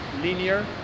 linear